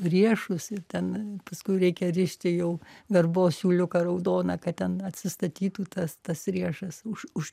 riešus ir ten paskui reikia rišti jau verbos siūliuką raudoną kad ten atsistatytų tas tas riešas už už